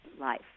life